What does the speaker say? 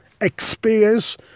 experience